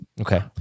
Okay